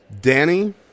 Danny